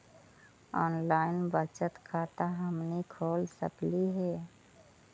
Online बचत खाता हमनी खोल सकली हे?